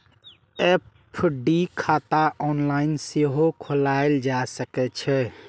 FD खाता online सेहो खोलाएल जा सकै छै